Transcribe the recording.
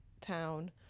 town